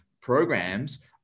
programs